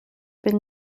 been